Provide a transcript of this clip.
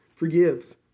Forgives